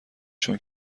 چون